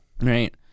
Right